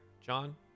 John